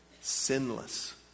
sinless